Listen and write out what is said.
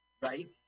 right